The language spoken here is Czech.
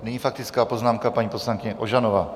Nyní faktická poznámka, paní poslankyně Ožanová.